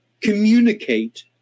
communicate